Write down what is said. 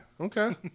Okay